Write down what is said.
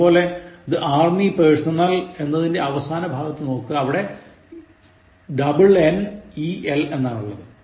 അതുപോലെ The army personnel എന്നതിൻറെ അവസാനഭാഗത്ത് നോക്കുക അവിടെ nnel എന്നാണുള്ളത്